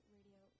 Radio